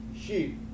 sheep